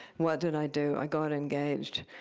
what did i do? i got engaged.